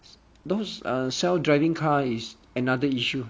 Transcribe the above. those are self driving car it's another issue